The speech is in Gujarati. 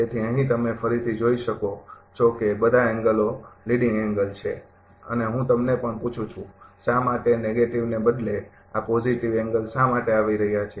તેથી અહીં તમે ફરીથી જોઈ શકો છો કે બધા એંગલો લીડિંગ એંગલ છે અને હું તમને પણ પૂછું છું કે શા માટે નકારાત્મકને બદલે આ સકારાત્મક એંગલ શા માટે આવી રહ્યા છે